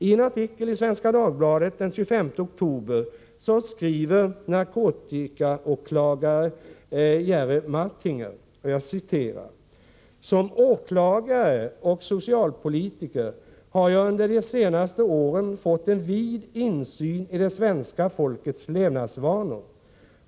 I en artikel i Svenska Dagbladet den 25 oktober skriver narkotikaåklagare Jerry Martinger: ”Som åklagare och socialpolitiker har jag under de senaste åren fått en vid insyn i det svenska folkets levnadsvanor.